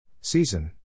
Season